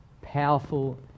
powerful